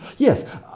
Yes